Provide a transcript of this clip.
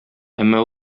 әмма